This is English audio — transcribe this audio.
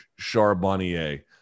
Charbonnier